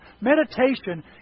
Meditation